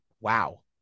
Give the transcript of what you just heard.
Wow